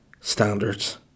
standards